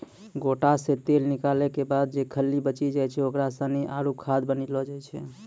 गोटा से तेल निकालो के बाद जे खल्ली बची जाय छै ओकरा सानी आरु खाद बनैलो जाय छै